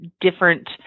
different